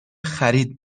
خرید